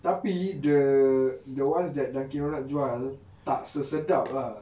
tapi the the ones that dunkin donut jual tak sesedap ah